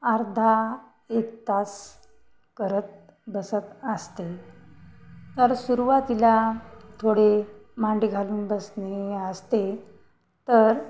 अर्धा एक तास करत बसत असते तर सुरवातीला थोडे मांडी घालून बसणे असते तर